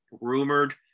rumored